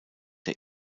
der